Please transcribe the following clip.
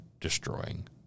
destroying